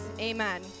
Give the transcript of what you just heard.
amen